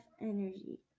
energy